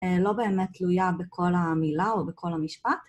לא באמת תלויה בכל המילה או בכל המשפט